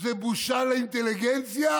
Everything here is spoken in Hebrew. זו בושה לאינטליגנציה.